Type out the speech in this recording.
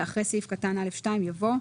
אחרי סעיף קטן (א2) יבוא: